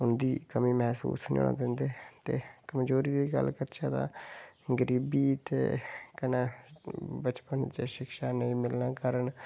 उं'दी कमी मैह्सूस नेईं होना दिंदे ते कमजोरी दी गल्ल करचै तां गरीबी ते कन्नै बचपन च शिक्षा नेईं मिलने कारण